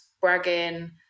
bragging